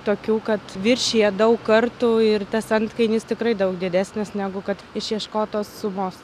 tokių kad viršija daug kartų ir tas antkainis tikrai daug didesnis negu kad išieškotos sumos